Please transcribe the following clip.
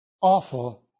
awful